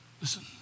Listen